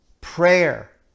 prayer